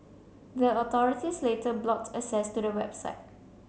the authorities later blocked access to the website